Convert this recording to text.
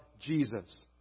Jesus